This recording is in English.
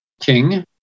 King